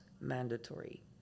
mandatory